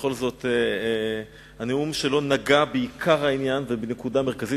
ובכל זאת הנאום שלו נגע בעיקר העניין ובנקודה מרכזית.